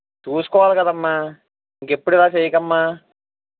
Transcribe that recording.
చూసుకోవాలి కదమ్మా ఇంకెప్పుడు ఇలా చెయ్యకమ్మా